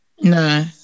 No